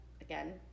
again